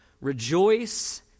rejoice